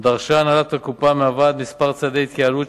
דרשה הנהלת הקופה מהוועד כמה צעדי התייעלות,